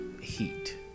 heat